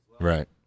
Right